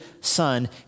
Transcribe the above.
Son